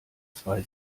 zwei